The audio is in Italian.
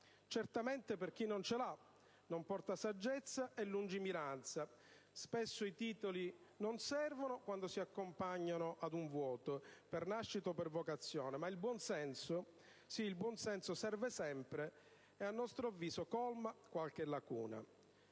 Certamente, per chi non ce l'ha, non porta saggezza e lungimiranza. Spesso i titoli non servono quando si accompagnano ad un vuoto per nascita o per vocazione, ma il buon senso serve sempre e, a nostro avviso, colma qualche lacuna.